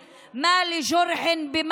זה שחווה השפלה מתרגל אליה,